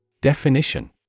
Definition